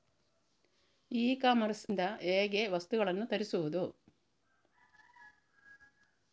E commerce ಇಂದ ಹೇಗೆ ವಸ್ತುಗಳನ್ನು ತರಿಸುವುದು?